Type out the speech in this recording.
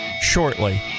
shortly